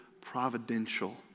providential